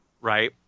Right